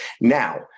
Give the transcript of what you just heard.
Now